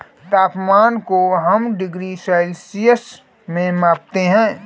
तापमान को हम डिग्री सेल्सियस में मापते है